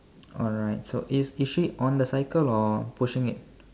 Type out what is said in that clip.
alright so is is she on the cycle or pushing it